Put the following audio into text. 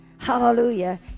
Hallelujah